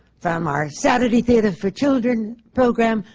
from our saturday theatre for children program,